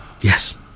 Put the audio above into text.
Yes